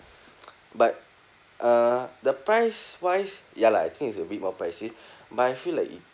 but uh the price wise ya lah I think it's a bit more pricey but I feel like